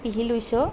পিহি লৈছোঁ